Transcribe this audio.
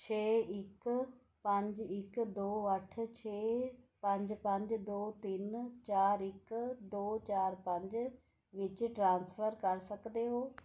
ਛੇ ਇੱਕ ਪੰਜ ਇੱਕ ਦੋ ਅੱਠ ਛੇ ਪੰਜ ਪੰਜ ਦੋ ਤਿੰਨ ਚਾਰ ਇੱਕ ਦੋ ਚਾਰ ਪੰਜ ਵਿੱਚ ਟ੍ਰਾਂਸਫਰ ਕਰ ਸਕਦੇ ਹੋ